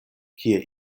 kie